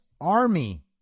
Army